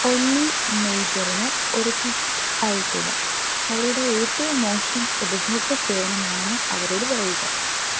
ഒല്ലി മേജറിന് ഒരു ട്വീറ്റ് അയയ്ക്കുക അവരുടെ ഏറ്റവും മോശം ഉപഭോക്ത സേവനമാണെന്ന് അവരോട് പറയുക